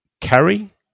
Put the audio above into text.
carry